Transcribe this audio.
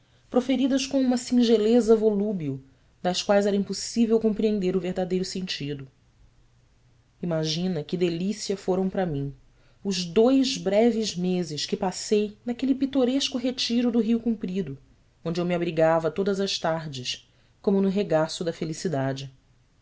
proferidas com uma singeleza volúbil das quais era impossível compreender o verdadeiro sentido imagina que delícia foram para mim os dois breves meses que passei naquele pitoresco retiro do rio comprido onde eu me abrigava todas as tardes como no regaço da felicidade